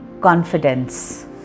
confidence